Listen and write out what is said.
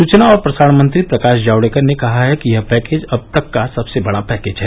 सचना और प्रसारण मंत्री प्रकाश जावडेकर ने कहा है कि यह पैकेज अब तक सबसे बडा पैकेज है